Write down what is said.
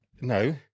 No